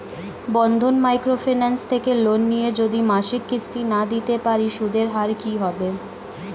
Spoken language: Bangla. বন্ধন মাইক্রো ফিন্যান্স থেকে লোন নিয়ে যদি মাসিক কিস্তি না দিতে পারি সুদের হার কি হবে?